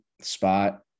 spot